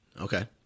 Okay